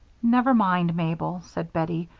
never mind, mabel, said bettie,